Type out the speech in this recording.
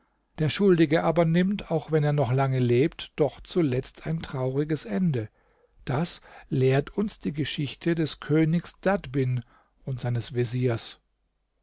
der schuldige aber nimmt auch wenn er noch lange lebt doch zuletzt ein trauriges ende das lehrt uns die geschichte des königs dadbin und seines veziers